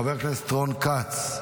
חבר הכנסת רון כץ,